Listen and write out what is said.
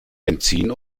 benzin